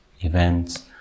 events